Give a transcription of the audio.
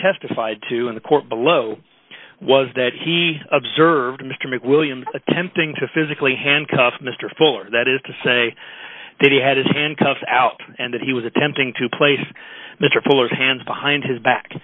testified to in the court below was that he observed mr mcwilliams attempting to physically handcuff mr fuller that is to say that he had his hand cuffs out and that he was attempting to place mr fuller's hands behind his back